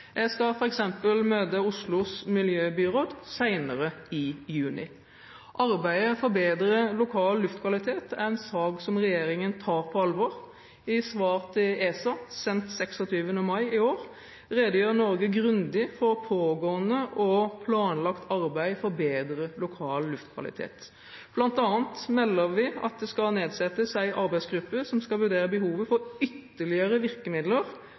Jeg skal f.eks. møte Oslos miljøbyråd senere i juni. Arbeidet for bedre lokal luftkvalitet er en sak som regjeringen tar på alvor. I svaret til ESA, sendt 26. mai i år, redegjør Norge grundig for pågående og planlagt arbeid for bedre lokal luftkvalitet. Blant annet melder vi at det skal nedsettes en arbeidsgruppe som skal vurdere behovet for ytterligere virkemidler